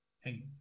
hey